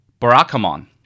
Barakamon